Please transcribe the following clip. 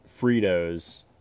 Fritos